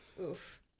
Oof